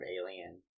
alien